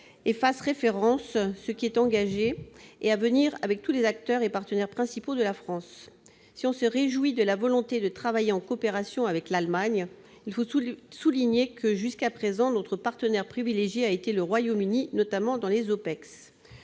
et fasse référence aux programmes engagés et à venir avec tous les acteurs et partenaires principaux de la France. Si l'on se réjouit de la volonté de travailler en coopération avec l'Allemagne, il faut souligner que, jusqu'à présent, notre partenaire privilégié a été le Royaume-Uni, notamment dans les OPEX.